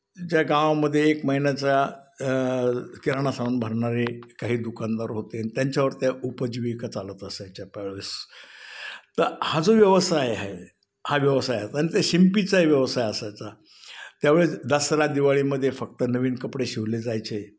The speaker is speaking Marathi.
ज्या गावामध्ये एक महिन्याचा किराणा सामान भरणारे काही दुकानदार होते आणि त्यांच्यावर त्या उपजीविका चालत असायच्या त्यावेळेस तर हा जो व्यवसाय आहे हा व्यवसायचा आणि ते शिंपीचा व्यवसाय असायचा त्यावेळेस दसरा दिवाळीमध्ये फक्त नवीन कपडे शिवले जायचे